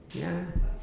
ya